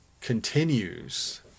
continues